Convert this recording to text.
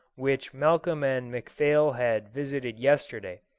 which malcolm and mcphail had visited yesterday,